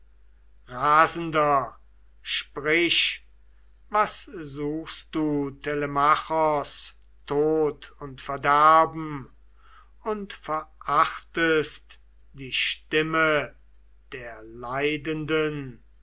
rasender sprich was suchst du telemachos tod und verderben und verachtest die stimme der leidenden